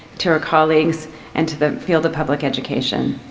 to her colleagues and to the field of public education.